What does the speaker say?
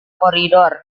koridor